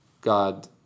God